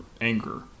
anger